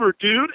dude